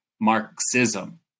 Marxism